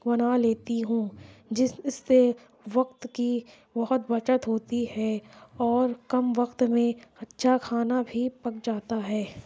بنا لیتی ہوں جس اس سے وقت کی بہت بچت ہوتی ہے اور کم وقت میں اچھا کھانا بھی پک جاتا ہے